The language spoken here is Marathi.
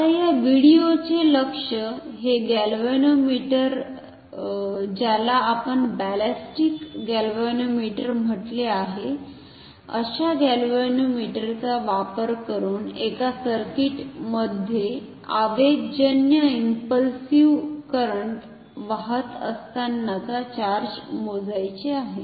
आता या व्हिडिओचे लक्ष्य हे गॅल्व्हनोमीटर ज्याला आपण बॅलिस्टिक गॅल्व्हनोमीटर म्हटले आहे अशा गॅल्व्हनोमीटरचा वापर करून एका सर्किटमध्ये आवेगजन्य इंपल्सिव्ह करंट वाहत असतानाचा चार्ज मोजण्याचे आहे